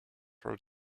her